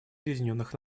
объединенных